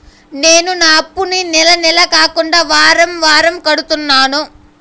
నేను నా అప్పుని నెల నెల కాకుండా వారం వారం కడుతున్నాను